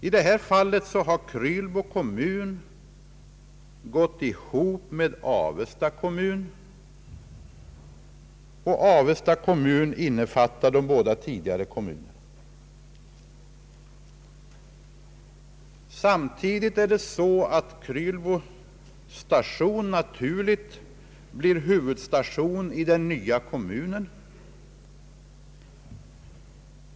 I detta fall har Krylbo kommun gått ihop med Avesta kommun, och Avesta kommun innefattar nu de båda tidigare kommunerna. Samtidigt är det så att Krylbo station naturligt blir huvudstation i den nya kommunen.